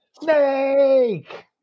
snake